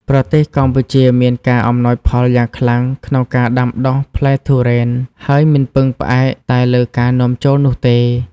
ប្រទេសកម្ពុជាមានការអំណោយផលយ៉ាងខ្លាំងក្នុងការដាំដុះផ្លែទុរេន ហើយមិនពឹងផ្អែកតែលើការនាំចូលនោះទេ។